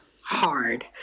hard